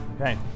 Okay